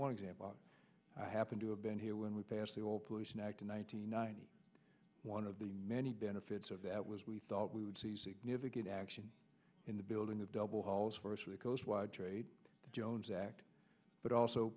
one example i happen to have been here when we passed the all pollution act in one thousand nine hundred one of the many benefits of that was we thought we would see significant action in the building of double hulls first rico's wide trade jones act but also